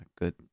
good